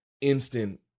instant